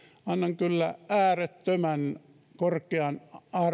annan kyllä äärettömän korkean